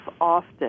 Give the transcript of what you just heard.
often